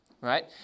right